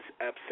upset